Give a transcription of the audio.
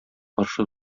каршы